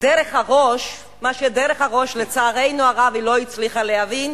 הראש מה שדרך הראש לצערנו הרב היא לא הצליחה להבין,